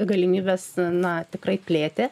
galimybes na tikrai plėtė